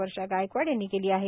वर्षा गायकवाड यांनी केली आहे